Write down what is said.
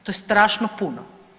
To je strašno puno.